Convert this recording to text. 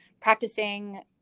practicing